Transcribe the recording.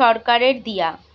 সরকারের দিয়া